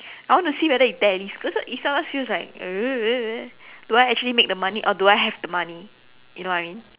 I want to see whether it tallies because it sometimes feels like uh do I actually make the money or do I have the money you know what I mean